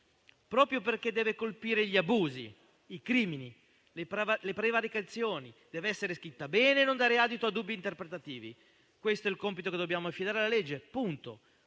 «Proprio perché deve colpire gli abusi, i crimini, le prevaricazioni, deve essere scritta bene e non dare adito a dubbi interpretativi. Questo il compito che dobbiamo affidare alla legge. Punto.